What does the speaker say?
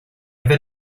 ever